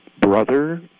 brother